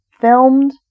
filmed